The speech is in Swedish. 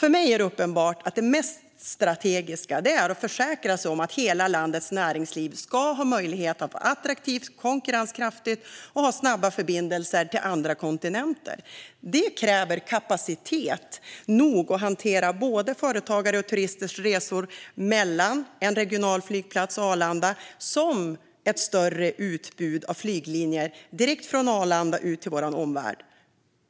För mig är det uppenbart att det mest strategiska är att försäkra sig om att hela landets näringsliv ska ha möjlighet att vara attraktivt och konkurrenskraftigt och ha snabba förbindelser till andra kontinenter. Det kräver kapacitet nog att hantera såväl företagares och turisters resor mellan en regional flygplats och Arlanda som ett större utbud av flyglinjer direkt från Arlanda ut till vår omvärld.